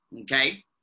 okay